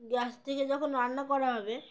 gas থেকে যখন রান্না করা হবে